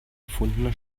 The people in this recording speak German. erfundene